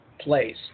place